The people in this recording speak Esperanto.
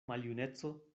maljuneco